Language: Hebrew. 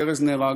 ארז נהרג,